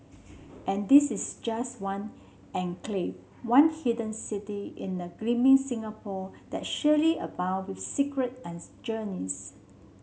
and this is just one enclave one hidden city in a gleaming Singapore that surely abound with secret and journeys